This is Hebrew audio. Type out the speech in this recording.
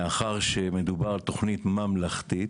מאחר שמדובר על תוכנית ממלכתית